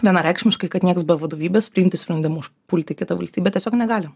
vienareikšmiškai kad nieks be vadovybės priimti sprendimų užpulti kitą valstybę tiesiog negali